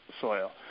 soil